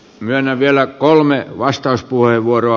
myönnän vielä kolme vastauspuheenvuoroa